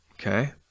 Okay